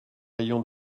rayon